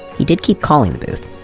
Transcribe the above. he did keep calling the booth,